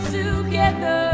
together